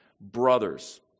brothers